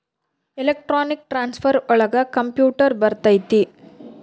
electronic transfer ಒಳಗ computer ಬರತೈತಿ